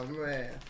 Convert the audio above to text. man